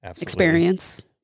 experience